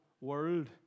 world